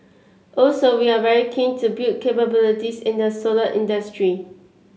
also we are very keen to build capabilities in the solar industry